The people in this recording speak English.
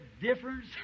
difference